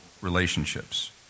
relationships